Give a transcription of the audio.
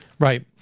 Right